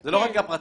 זה לא רק הפרטית,